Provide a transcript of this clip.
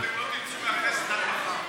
אתם לא תצאו מהכנסת עד מחר.